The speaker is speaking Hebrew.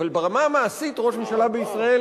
אבל ברמה המעשית ראש הממשלה בישראל